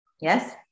Yes